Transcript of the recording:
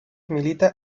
milita